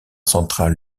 central